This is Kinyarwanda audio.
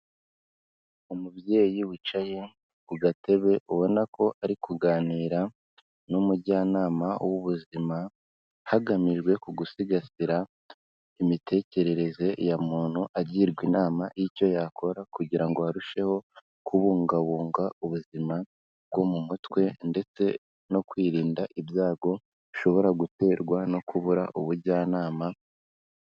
Umubyeyi wicaye ku gatebe ubona ko ari kuganira n'umujyanama w'ubuzima, hagamijwe kugusigasira imitekerereze ya muntu, agirwa inama y'icyo yakora kugira ngo arusheho kubungabunga ubuzima bwo mu mutwe ndetse no kwirinda ibyago bishobora guterwa no kubura ubujyanama.